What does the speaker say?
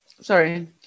Sorry